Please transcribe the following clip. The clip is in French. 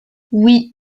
oui